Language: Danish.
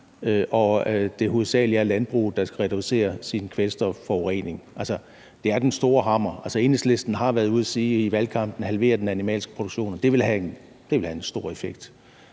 at det hovedsagelig er landbruget, der skal reducere sin kvælstofforurening. Altså, der er tale om at bruge den store hammer. Enhedslisten har været ude at sige i valgkampen: Halver den animalske produktion. Det ville have en stor effekt.